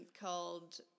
called